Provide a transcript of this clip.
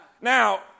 Now